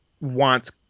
wants